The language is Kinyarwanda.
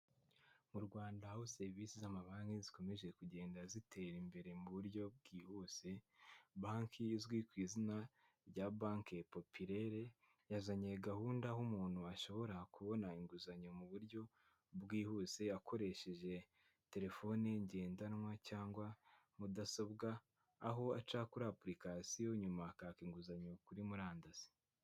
Mu Rwanda aho serivisi z'amabanki zikomeje kugenda zitera imbere mu buryo bwihuse, banki izwi ku izina rya banki populaire yazanye gahunda aho umuntu ashobora kubona inguzanyo mu buryo bwihuse akoresheje telefoni ngendanwa cyangwa mudasobwa , aho aca kuri application nyuma akaka inguzanyo kuri murandasi.